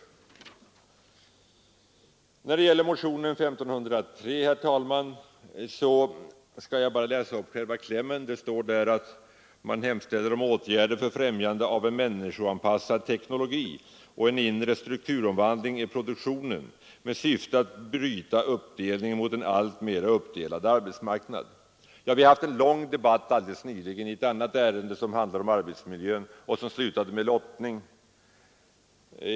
När det gäller motionen 1503 skall jag bara läsa upp själva klämmen. Motionären hemställer om åtgärder för främjande av en människoanpassad teknologi och en inre strukturomvandling i produktionen med syfte att bryta utvecklingen mot en alltmer uppdelad arbetsmarknad. Vi har haft en lång debatt alldeles nyligen i ett annat ärende som handlade om arbetsmiljön och som slutade med lottning.